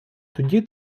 тоді